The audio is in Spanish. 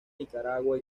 nicaragua